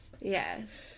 Yes